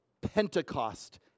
Pentecost